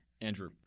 Andrew